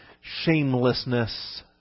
shamelessness